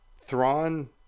Thrawn